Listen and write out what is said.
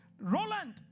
Roland